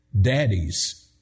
Daddies